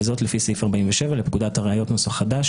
וזאת לפי סעיף 47 לפקודת הראיות (נוסח חדש),